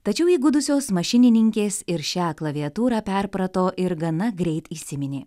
tačiau įgudusios mašininkės ir šią klaviatūrą perprato ir gana greit įsiminė